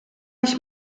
ich